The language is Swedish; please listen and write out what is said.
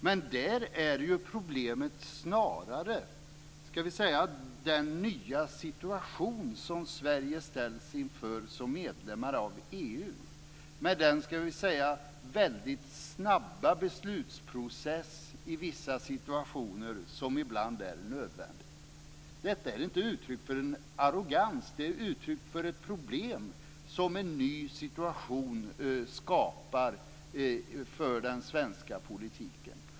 Men där är problemet snarare den nya situation som Sverige ställs inför som medlem av EU, där det är nödvändigt att beslutsprocessen i vissa situationer är väldigt snabb. Detta är inte uttryck för arrogans utan för ett problem som en ny situation skapar för den svenska politiken.